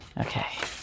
Okay